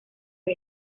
los